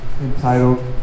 entitled